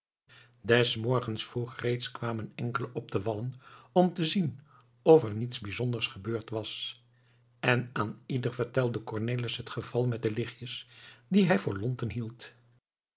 des morgens vroeg reeds kwamen enkelen op de wallen om te zien of er niets bijzonders gebeurd was en aan ieder vertelde cornelis het geval met de lichtjes die hij voor lonten hield